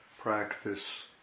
practice